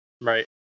Right